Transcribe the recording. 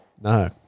No